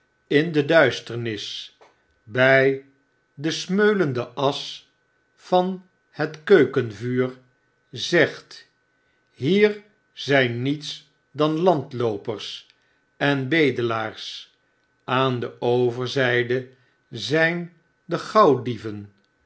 in de duisternis bij de smeulende asch van het keukenvuur zegt hier zfln niets dan landloopers en bedelaars aan de overzyde zgn de